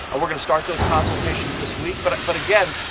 we're going to start those consultations this week but, but again,